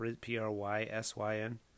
P-R-Y-S-Y-N